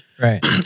Right